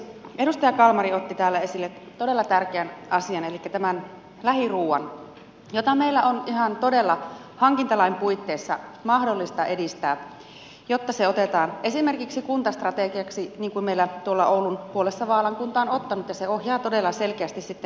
edustaja kalmari otti täällä esille todella tärkeän asian elikkä tämän lähiruuan jota meillä on todella ihan hankintalain puitteissa mahdollista edistää jotta se otetaan esimerkiksi kuntastrategiaksi niin kuin meillä tuolla oulun puolessa vaalan kunta on ottanut niin että se ohjaa todella selkeästi sitten kouluruokailua